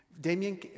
Damien